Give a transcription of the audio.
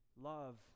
love